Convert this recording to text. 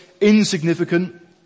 insignificant